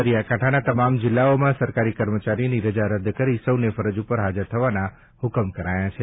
દરિયાકાંઠાના તમામ જિલ્લાઓમાં સરકારી કર્મચારીની રજા રદ કરી સૌને ફરજ ઉપર હાજર થવાના હુકમ કરાયા છે